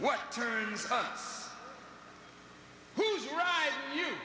what turns you